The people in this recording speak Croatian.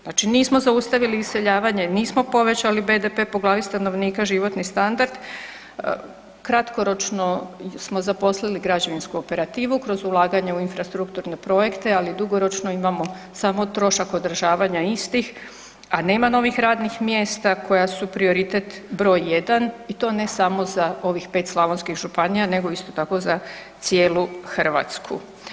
Znači nismo zaustavili iseljavanje, nismo povećali BDP po glavi stanovnika, životni standard, kratkoročno smo zaposlili građevinsku operativu kroz ulaganja u infrastrukturne projekte, ali dugoročno imamo samo trošak održavanja istih, a nema novih radnih mjesta koja su prioritet broj 1 i to ne samo za ovih 5 slavonskih županija nego isto tako za cijelu Hrvatsku.